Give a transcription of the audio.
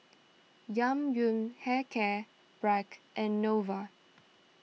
Yang Yun Hair Care Bragg and Nova